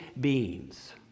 beings